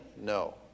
No